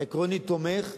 אני תומך,